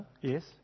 yes